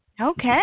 Okay